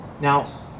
Now